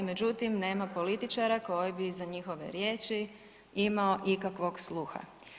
Međutim nema političara koji bi za njihove riječi imamo ikakvog sluha.